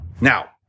Now